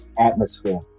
atmosphere